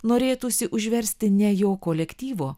norėtųsi užversti ne jo kolektyvo